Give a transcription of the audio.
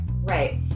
Right